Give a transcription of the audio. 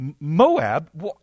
Moab